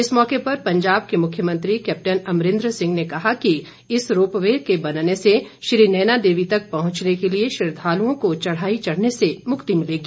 इस मौके पर पंजाब के मुख्यमंत्री कैप्टन अमरिंदर सिंह ने कहा कि इस रोपवे के बनने से श्री नैना देवी तक पहुंचने के लिए श्रद्वालुओं को चढ़ाई चढ़ने से मुक्ति मिलेगी